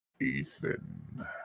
Ethan